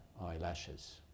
eyelashes